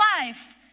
life